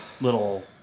little